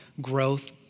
growth